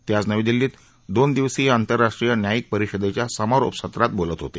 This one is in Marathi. ते आज नवी दिल्लीत दोन दिवसीय आंतरराष्ट्रीय न्यायालयीन परिषदेच्या समारोप सत्रात बोलत होते